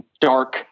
dark